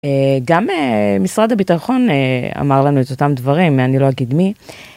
גם משרד הביטחון אמר לנו את אותם דברים, אני לא אגיד מי.